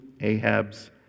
ahab's